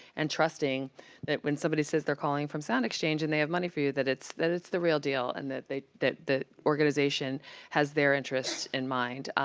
and trusting that when somebody says they're calling from soundexchange, and they have money for you, that it's that it's the real deal, and that they that the organization has their interests in mind,